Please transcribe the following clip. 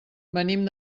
venim